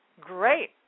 great